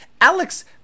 Alex